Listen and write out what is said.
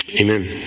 Amen